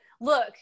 look